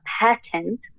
patent